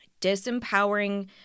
disempowering